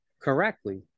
correctly